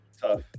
Tough